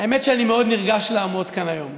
האמת שאני מאוד נרגש לעמוד כאן היום.